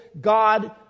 God